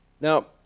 Now